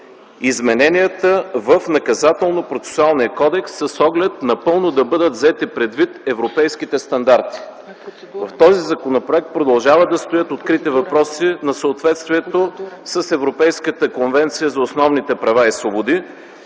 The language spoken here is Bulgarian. измененията в Наказателно- процесуалния кодекс, с оглед напълно да бъдат взети предвид европейските стандарти”. В този законопроект продължават да стоят открити въпроси на съответствието с Европейската конвенция за основните права и свободи